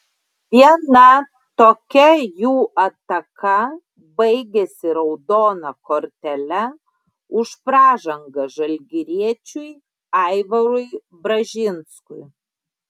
viena tokia jų ataka baigėsi raudona kortele už pražangą žalgiriečiui aivarui bražinskui